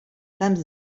tants